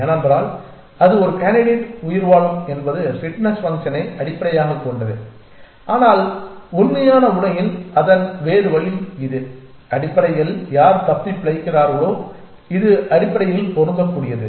ஏனென்றால் அது கேண்டிடேட் உயிர்வாழும் என்பது பிட்னெஸ் ஃபங்க்ஷனை அடிப்படையாகக் கொண்டது ஆனால் உண்மையான உலகில் அதன் வேறு வழி இது அடிப்படையில் யார் தப்பிப்பிழைக்கிறார்களோ இது அடிப்படையில் பொருந்தக்கூடியது